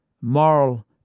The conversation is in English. moral